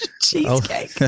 Cheesecake